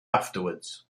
afterwards